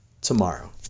tomorrow